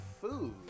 food